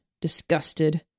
disgusted